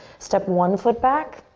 step one foot back,